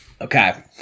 Okay